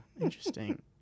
interesting